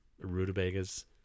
Rutabagas